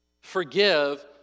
Forgive